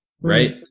right